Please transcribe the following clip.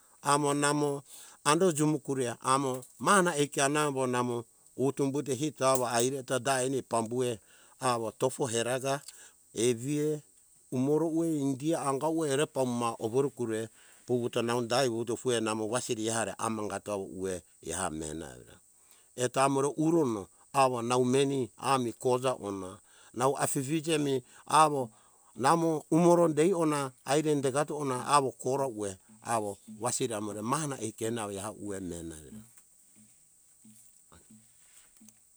Amo namo ando jimokure amo maha na ai kiana avombo utu humbuto haire eto da eni ai pambue awo tofo heraka eviea, umoro ue india unga ue ere pambuma overekue vuvuto nau dai vutofue namo wasiri eha re amangato ue eha mena evira. Eto amore urono awo nau meni ami jikoja ona, nau afifije mi awo namo umoro dei ona haire dekato ona awo kora ue awo wasiri amore maha na ekena awo eha ue mena evira.